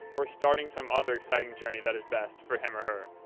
or starting some other exciting journey that is best for him or her.